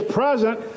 present